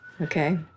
Okay